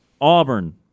Auburn